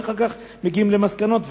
ואחר כך מגיעים למסקנות.